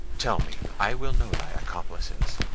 tell me i will know thy accomplices.